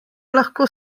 lahko